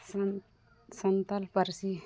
ᱥᱟᱱᱛᱟᱲ ᱯᱟᱹᱨᱥᱤ